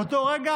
באותו רגע,